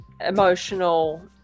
emotional